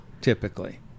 Typically